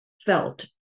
felt